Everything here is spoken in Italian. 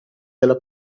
della